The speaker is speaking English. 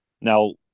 Now